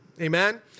Amen